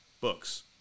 books